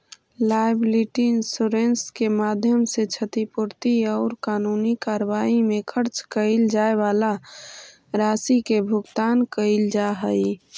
liability insurance के माध्यम से क्षतिपूर्ति औउर कानूनी कार्रवाई में खर्च कैइल जाए वाला राशि के भुगतान कैइल जा हई